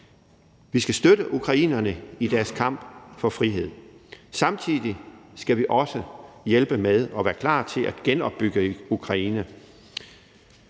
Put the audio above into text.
Vi skal støtte ukrainerne i deres kamp for frihed. Samtidig skal vi også hjælpe med og være klar til at genopbygge Ukraine.